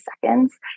seconds